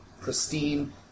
pristine